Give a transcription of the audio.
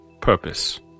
Purpose